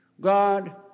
God